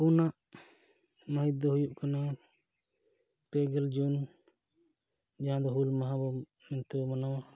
ᱯᱩᱱᱟᱜ ᱢᱟᱹᱦᱤᱛ ᱫᱚ ᱦᱩᱭᱩᱜ ᱠᱟᱱᱟ ᱯᱮᱜᱮᱞ ᱡᱩᱱ ᱡᱟᱦᱟᱸ ᱫᱚ ᱦᱩᱞ ᱢᱟᱦᱟᱵᱚᱱ ᱢᱮᱱᱛᱮ ᱵᱚᱱ ᱢᱟᱱᱟᱣᱟ